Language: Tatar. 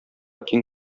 киң